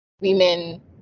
women